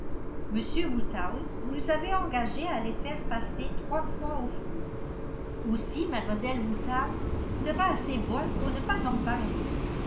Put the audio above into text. woodhouse nous avaient engagés à les faire passer trois fois au feu aussi mlle woodhouse sera assez bonne pour ne pas en parler